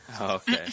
Okay